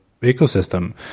ecosystem